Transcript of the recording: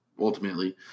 ultimately